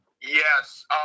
Yes